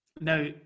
Now